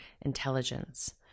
intelligence